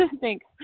Thanks